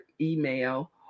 email